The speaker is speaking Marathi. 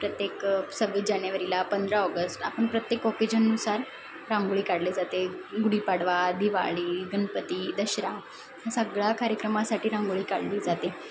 प्रत्येक सव्वीस जानेवारीला पंधरा ऑगस्ट आपण प्रत्येक ओकेजननुसार रांगोळी काढली जाते गुढीपाडवा दिवाळी गणपती दसरा हे सगळ्या कार्यक्रमासाठी रांगोळी काढली जाते